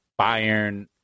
Bayern